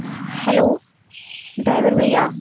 hello driver भैया